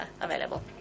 available